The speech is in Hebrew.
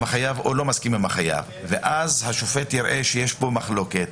החייב או לא מסכים איתו ואז השופט יראה שיש כאן מחלוקת,